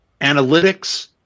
analytics